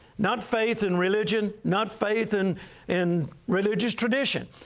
not faith in religion, not faith in in religious tradition,